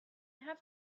have